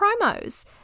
promos